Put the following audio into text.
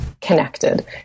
connected